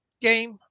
game